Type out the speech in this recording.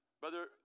Brother